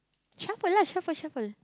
shuffle lah shuffle shuffle